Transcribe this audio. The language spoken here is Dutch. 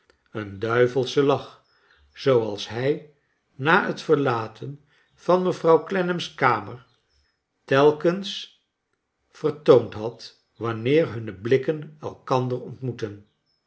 een duivelsche lach zooals hij na het verlaten van mevrouw clennam's kamer telkens vertoond had wanneer hunne blikken eikander ontmoetten